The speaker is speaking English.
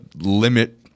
limit